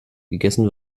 gegessen